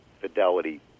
fidelity